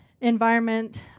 environment